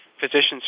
physicians